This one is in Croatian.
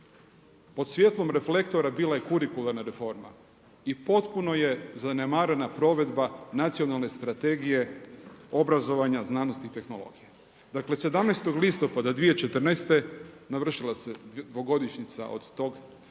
Pod svjetlom reflektora bila je kurikularna reforma i potpuno je zanemarena provedba Nacionalne strategije obrazovanja, znanosti i tehnologije. Dakle, 17. listopada 2014. navršila se 2-godišnjica od tog